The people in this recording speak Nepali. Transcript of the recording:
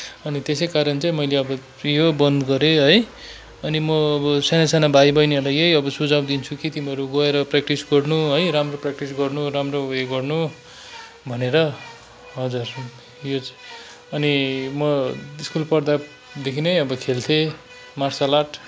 अनि त्यसै कारण चाहिँ मैले अब यो बन्द गरेँ है अनि म अब साना साना भाइ बहिनीहरूलाई यही अब सुझाउ दिन्छु कि तिमीहरू गएर प्रेक्टिस गर्नु है राम्रो प्रेक्टिस गर्नु राम्रो उयो गर्नु भनेर हजुर यो च अनि म स्कुल पढ्दादेखि नै अब खेल्थेँ मार्सल आर्ट